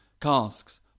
casks